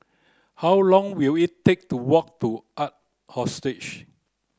how long will it take to walk to Ark